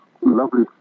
lovely